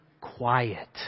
quiet